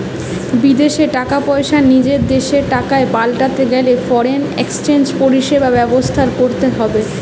বিদেশী টাকা পয়সা নিজের দেশের টাকায় পাল্টাতে গেলে ফরেন এক্সচেঞ্জ পরিষেবা ব্যবহার করতে হবে